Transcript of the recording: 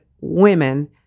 women